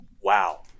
wow